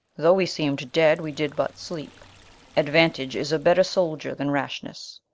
though we seem'd dead, we did but sleepe aduantage is a better souldier then rashnesse.